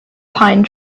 pine